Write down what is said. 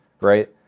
right